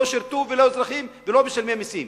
לא שירתו ולא אזרחים ולא משלמי מסים.